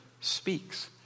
speaks